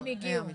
הם הגיעו.